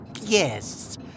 Yes